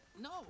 No